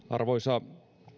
arvoisa